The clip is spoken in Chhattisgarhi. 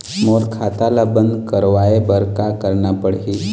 मोर खाता ला बंद करवाए बर का करना पड़ही?